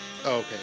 Okay